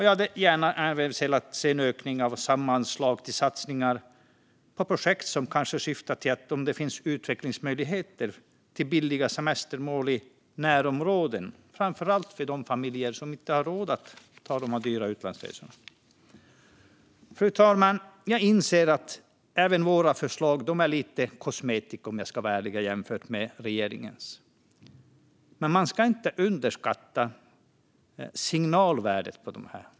Jag hade även gärna sett en ökning av samma anslag till satsningar på projekt som syftar till att se om det finns utvecklingsmöjligheter till billiga semestermål i närområden, framför allt för de familjer som inte har råd att göra dyra utlandsresor. Fru talman! Jag inser att även våra förslag är lite av kosmetika jämfört med regeringens förslag, men man ska inte underskatta signalvärdet.